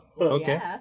Okay